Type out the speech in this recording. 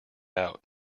out